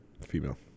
female